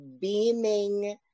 beaming